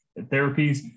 therapies